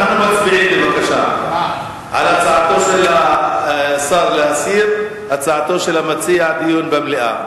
אנחנו מצביעים על הצעתו של השר להסיר והצעתו של המציע דיון במליאה.